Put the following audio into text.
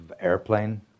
Airplane